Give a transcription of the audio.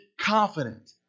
confident